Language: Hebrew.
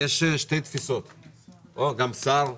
יש שתי תפיסות תפיסה אחת אומרת: